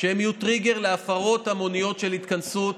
שיהיו טריגר להפרות המוניות בהתכנסות,